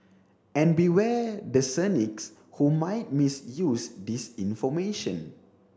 and beware the cynics who might misuse this information